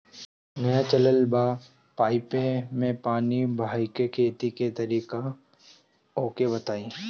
नया चलल बा पाईपे मै पानी बहाके खेती के तरीका ओके बताई?